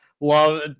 love